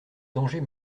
danger